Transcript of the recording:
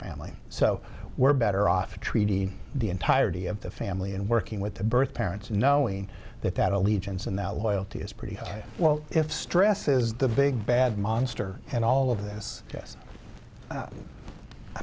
family so we're better off a treaty the entirety of the family and working with the birth parents knowing that that allegiance and that loyalty is pretty well if stress is the big bad monster and all of this